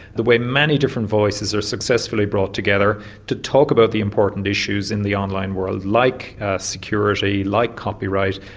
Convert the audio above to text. the way many different voices are successfully brought together to talk about the important issues in the online world, like security, like copyright,